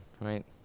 right